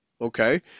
okay